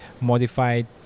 Modified